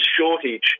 shortage